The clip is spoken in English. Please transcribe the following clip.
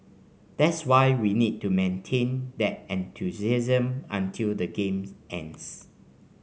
that's why we need to maintain that enthusiasm until the game ends